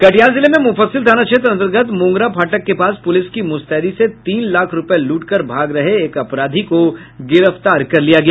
कटिहार जिले में मुफस्सिल थाना क्षेत्र अंतर्गत मोंगरा फाटक के पास पुलिस की मुस्तैदी से तीन लाख रूपये लूटकर भाग रहे एक अपराधी को गिरफ्तार कर लिया गया